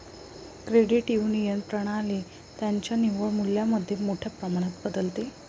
credit union प्रणाली त्यांच्या निव्वळ मूल्यामध्ये मोठ्या प्रमाणात बदलते